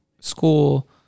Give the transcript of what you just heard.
school